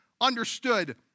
understood